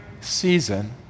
season